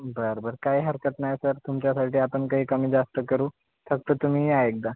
बरं बरं काही हरकत नाही सर तुमच्यासाठी आपण काही कमी जास्त करू फक्त तुम्ही या एकदा